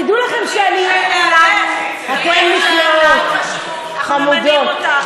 אנחנו ממנים אותך.